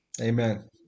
Amen